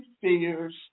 fears